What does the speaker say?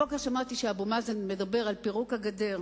הבוקר שמעתי שאבו מאזן מדבר על פירוק הגדר.